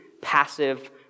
passive